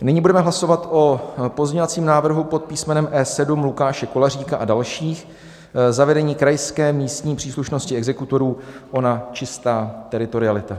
Nyní budeme hlasovat o pozměňovacím návrhu pod písmenem E7 Lukáše Koláříka a dalších, zavedení krajské místní příslušnosti exekutorů, ona čistá teritorialita.